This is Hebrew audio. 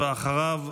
ואחריו,